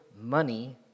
money